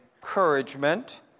encouragement